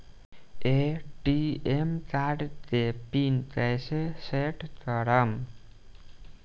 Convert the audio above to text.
ATM card के PIN कैसे set करम?